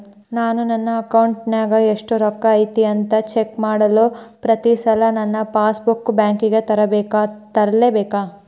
ನಾನು ನನ್ನ ಅಕೌಂಟಿನಾಗ ಎಷ್ಟು ರೊಕ್ಕ ಐತಿ ಅಂತಾ ಚೆಕ್ ಮಾಡಲು ಪ್ರತಿ ಸಲ ನನ್ನ ಪಾಸ್ ಬುಕ್ ಬ್ಯಾಂಕಿಗೆ ತರಲೆಬೇಕಾ?